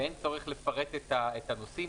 ואין צורך לפרט את הנושאים.